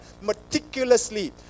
meticulously